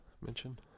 mention